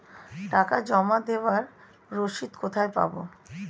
টাকা জমা দেবার রসিদ কোথায় পাব?